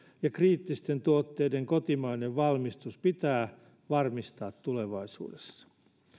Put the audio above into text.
ja kriittisten tuotteiden kotimainen valmistus pitää varmistaa tulevaisuudessa